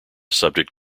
subject